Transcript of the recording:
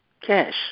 Cash